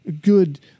good